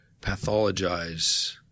pathologize